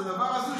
זה דבר הזוי,